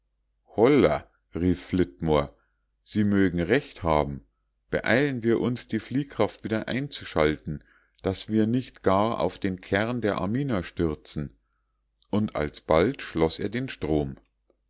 hollah rief flitmore sie mögen recht haben beeilen wir uns die fliehkraft wieder einzuschalten daß wir nicht gar auf den kern der amina stürzen und alsbald schloß er den strom